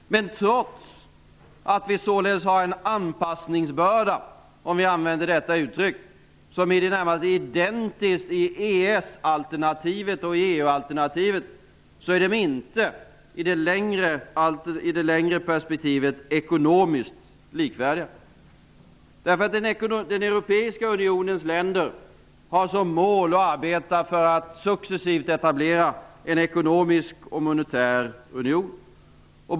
Men trots att vi således har en anpassningsbörda, om vi använder detta uttryck, som är i det närmaste identisk i EES-alternativet och i EU-alternativet, är alternativen inte i det längre perspektivet ekonomiskt likvärdiga. Den europeiska unionens länder har som mål att arbeta för att successivt etablera en ekonomisk och monetär union.